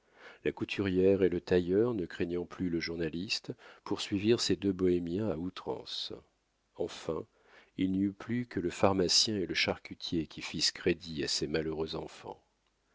la couturière et le tailleur ne craignant plus le journaliste poursuivirent ces deux bohémiens à outrance enfin il n'y eut plus que le pharmacien et le charcutier qui fissent crédit à ces malheureux enfants